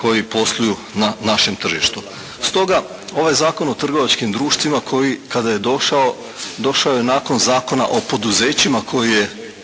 koji posluju na našem tržištu. Stoga ovaj Zakon o trgovačkim društvima koji kada je došao došao je nakon Zakona o poduzećima koji je